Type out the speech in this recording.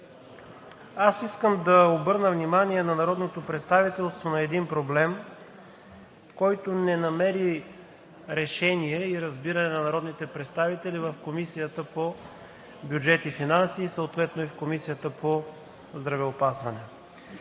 Искам да обърна внимание на народното представителство на един проблем, който не намери решение и разбиране от народните представители в Комисията по бюджет и финанси и съответно в Комисията по здравеопазване.